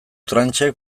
tranchek